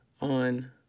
on